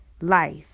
life